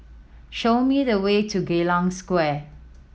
show me the way to Geylang Square